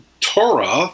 Torah